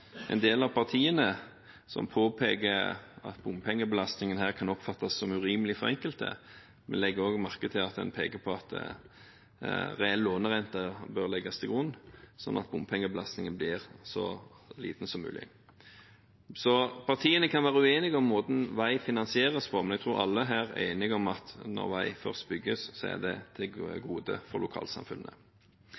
en del av partiene, som påpeker at bompengebelastningen her kan oppfattes som urimelig for enkelte. Vi legger også merke til at en peker på at reell lånerente bør legges til grunn, slik at bompengebelastningen blir så liten som mulig. Partiene kan være uenige om måten vei finansieres på, men jeg tror alle her er enige om at når vei først bygges, er det